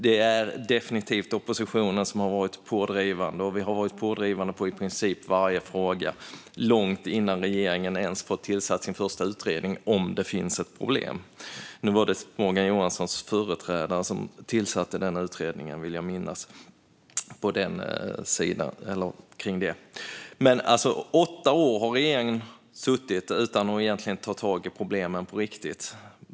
Det är definitivt oppositionen som har varit pådrivande, och vi har varit pådrivande i princip i varje fråga - långt innan regeringen ens har tillsatt sin första utredning om huruvida det finns ett problem. Det var Morgan Johanssons företrädare som tillsatte just denna utredning, vill jag minnas. I åtta år har regeringen suttit utan att egentligen ta tag i problemen på riktigt.